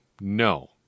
No